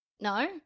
No